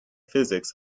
physics